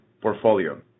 portfolio